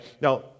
Now